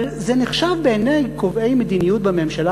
אבל זה נחשב בעיני קובעי מדיניות בממשלה